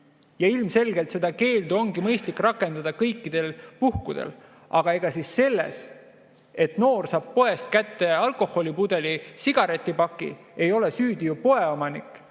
Ja ilmselgelt seda keeldu ongi mõistlik rakendada kõikidel puhkudel. Samas ega selles, et noor saab poest alkoholipudeli või sigaretipaki kätte, ei ole süüdi poeomanik.